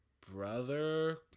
brother